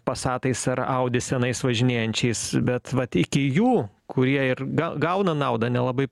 pasatais ar audi senais važinėjančiais bet vat iki jų kurie ir gauna naudą nelabai